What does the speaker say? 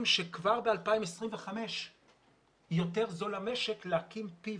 שכבר ב-2025 יותר זול למשק להקים פי.וי.